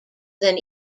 than